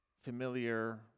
familiar